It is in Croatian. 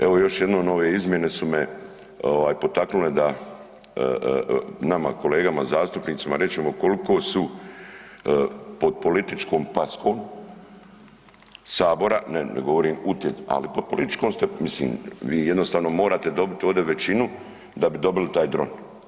Evo, još jednom ove izmjene su me potaknule da nama kolegama zastupnicima rečemo koliko su pod političkom paskom sabora, ne ne govorim, ali pod političkom, mislim vi jednostavno morate dobiti ovdje većinu da bi dobili taj dron.